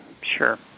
Sure